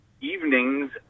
evenings